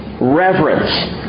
reverence